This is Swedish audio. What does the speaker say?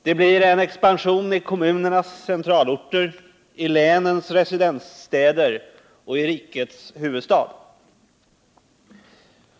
Det blir en expansion i kommunernas centralorter, i länens residensstäder och i rikets huvudstad.